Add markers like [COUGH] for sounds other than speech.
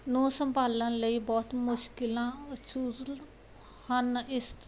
ਨੂੰ ਸੰਭਾਲਣ ਲਈ ਬਹੁਤ ਮੁਸ਼ਕਲਾਂ [UNINTELLIGIBLE] ਹਨ ਇਸ